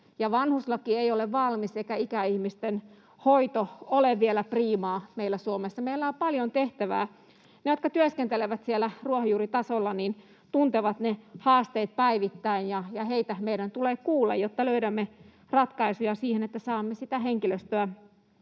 vanhuslaki ei ole valmis eikä ikäihmisten hoito ole vielä priimaa meillä Suomessa. Meillä on paljon tehtävää. Ne, jotka työskentelevät siellä ruohonjuuritasolla, tuntevat ne haasteet päivittäin, ja heitä meidän tulee kuulla, jotta löydämme ratkaisuja siihen, että saamme sitä henkilöstöä,